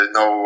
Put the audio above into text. no